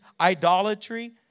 idolatry